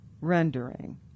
rendering